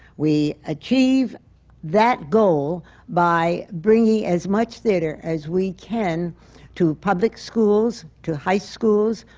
we achieve that goal by bringing as much theatre as we can to public schools, to high schools,